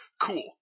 Cool